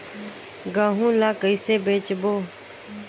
गहूं ला कइसे बेचबो?